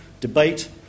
debate